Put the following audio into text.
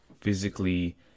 physically